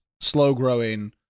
slow-growing